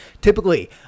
Typically